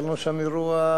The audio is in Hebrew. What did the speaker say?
היה לנו שם אירוע,